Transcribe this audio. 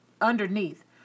underneath